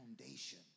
foundation